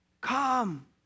come